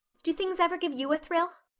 do things ever give you a thrill?